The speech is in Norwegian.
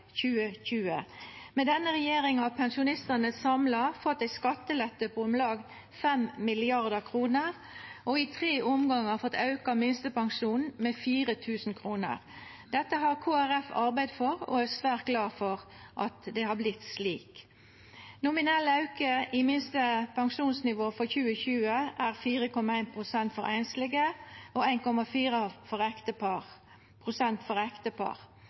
2020. Med denne regjeringa har pensjonistane samla fått ei skattelette på om lag 5 mrd. kr – og i tre omgangar fått auka minstepensjonen med 4 000 kr. Dette har Kristeleg Folkeparti arbeidd for, og vi er svært glade for at det har vorte slik. Nominell auke i minste pensjonsnivå for 2020 er 4,1 pst. for einslege og 1,4 pst. for ektepar der begge har minste yting. At auken for